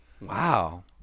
Wow